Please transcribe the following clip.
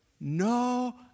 no